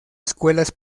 escuelas